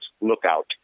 lookout